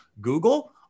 Google